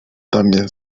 también